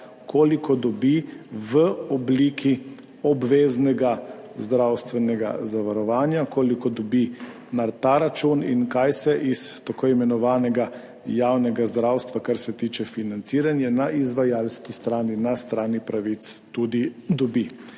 koliko dobi v obliki obveznega zdravstvenega zavarovanja, koliko dobi na ta račun in kaj se iz tako imenovanega javnega zdravstva kar se tiče financiranja na izvajalski strani, na strani pravic tudi dobi.